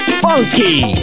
funky